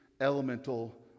Elemental